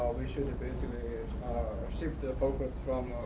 we should basically shift the focus